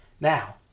Now